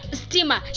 steamer